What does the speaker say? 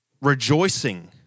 rejoicing